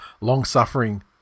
long-suffering